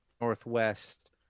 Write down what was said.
Northwest